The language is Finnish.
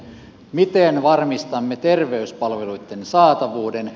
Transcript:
miten varmistamme terveyspalveluitten saatavuuden